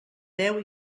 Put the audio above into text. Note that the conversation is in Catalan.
deu